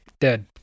dead